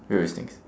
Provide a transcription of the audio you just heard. various things